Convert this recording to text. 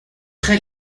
très